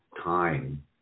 time